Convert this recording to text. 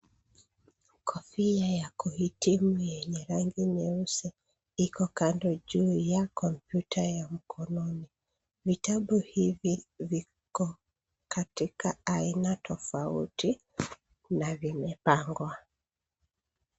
Kofia ya kuhitimu yenye rangi nyeusi iko kando juu ya kompyuta ya mkononi. Vitabu hivi viko katika aina tofauti na vimepangwa.